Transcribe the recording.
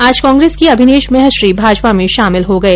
आज कांग्रेस के अभिनेश महर्षि भाजपा में शामिल हो गये